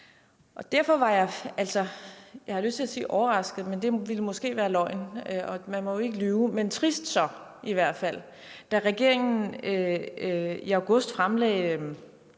Derfor var jeg altså, jeg har lyst til at sige: overrasket, men det ville måske være løgn, og man må jo ikke lyve, men så i hvert fald trist, da regeringen i august fremlagde